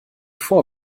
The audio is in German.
vor